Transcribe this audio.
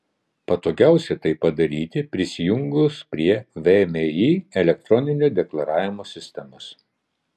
patogiausia tai padaryti prisijungus prie vmi elektroninio deklaravimo sistemos